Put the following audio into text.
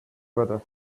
better